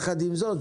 יחד עם זאת,